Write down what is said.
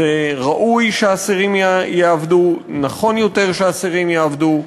ראוי שאסירים יעבדו, נכון יותר שאסירים יעבדו,